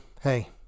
hey